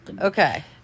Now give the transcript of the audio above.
okay